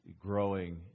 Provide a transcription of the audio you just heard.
growing